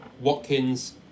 Watkins